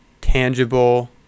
tangible